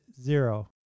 zero